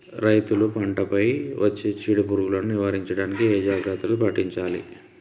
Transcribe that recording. రైతులు పంట పై వచ్చే చీడ పురుగులు నివారించడానికి ఏ జాగ్రత్తలు పాటించాలి?